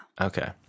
Okay